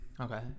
Okay